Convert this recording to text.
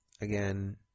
Again